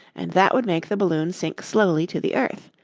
and that would make the balloon sink slowly to the earth.